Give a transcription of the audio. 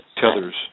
tethers